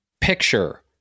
picture